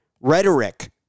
rhetoric